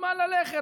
מוזמן ללכת,